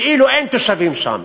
כאילו אין תושבים שם,